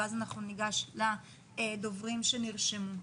ואז אנחנו ניגש לדוברים שנרשמו.